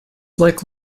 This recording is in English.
like